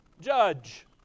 judge